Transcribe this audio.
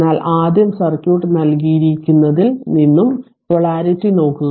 എന്നാൽ ആദ്യം സർക്യൂട്ട് നൽകിയിരിക്കുന്നതിൽ നിന്നും പൊളാരിറ്റി നോക്കുക